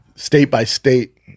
state-by-state